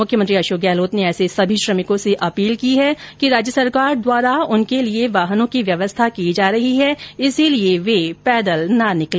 मुख्यमंत्री अशोक गहलोत ने ऐसे सभी श्रमिकों से अपील की है कि राज्य सरकार द्वारा उनके लिए वाहनों की व्यवस्था की जा रही है इसीलिए वे पैदल न निकले